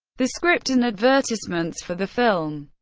the script, and advertisements for the film.